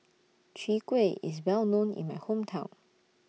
Chwee Kueh IS Well known in My Hometown